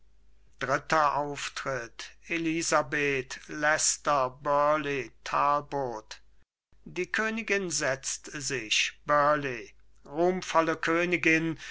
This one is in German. ehrfurchtsvoll entfernen elisabeth leicester burleigh talbot die königin setzt sich burleigh ruhmvolle königin